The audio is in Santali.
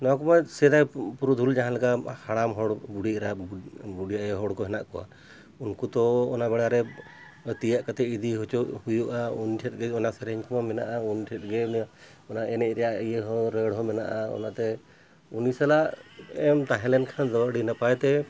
ᱱᱚᱣᱟ ᱠᱚᱢᱟ ᱥᱮᱫᱟᱭ ᱯᱩᱨᱩᱫᱷᱩᱞ ᱡᱟᱦᱟᱸ ᱞᱮᱠᱟ ᱦᱟᱲᱟᱢ ᱦᱚᱲ ᱵᱩᱰᱷᱤ ᱮᱨᱟ ᱵᱩᱰᱷᱤ ᱟᱭᱳ ᱦᱚᱲ ᱠᱚ ᱦᱮᱱᱟᱜ ᱠᱚᱣᱟ ᱩᱱᱠᱩᱼᱛᱚ ᱚᱱᱟ ᱵᱮᱲᱟᱨᱮ ᱛᱤᱭᱟᱜ ᱠᱟᱛᱮᱜ ᱤᱫᱤ ᱦᱚᱪᱚ ᱦᱩᱭᱩᱜᱼᱟ ᱩᱱ ᱴᱷᱮᱡ ᱜᱮ ᱚᱱᱟ ᱥᱮᱨᱮᱧ ᱠᱚᱢᱟ ᱢᱮᱱᱟᱜᱼᱟ ᱩᱱ ᱴᱷᱮᱡ ᱜᱮ ᱚᱱᱟ ᱮᱱᱮᱡ ᱨᱮᱭᱟᱜ ᱤᱭᱟᱹ ᱦᱚᱸ ᱨᱟᱹᱲ ᱦᱚᱸ ᱢᱮᱱᱟᱜᱼᱟ ᱚᱱᱟᱛᱮ ᱩᱱᱤ ᱥᱟᱞᱟᱜᱼᱮᱢ ᱛᱟᱦᱮᱸ ᱞᱮᱱᱠᱷᱟᱱ ᱫᱚ ᱟᱹᱰᱤ ᱱᱟᱯᱟᱭᱛᱮ